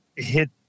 hit